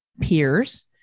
peers